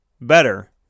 better